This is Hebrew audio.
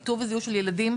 לאוכלוסיות שלא מקבלות את זה.